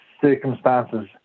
circumstances